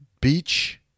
beach